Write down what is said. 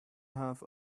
half